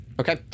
Okay